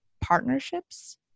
partnerships